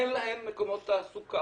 אין להן מקומות תעסוקה.